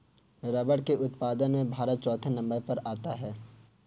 rubber के उत्पादन में भारत चौथे नंबर पर आता है